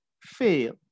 fail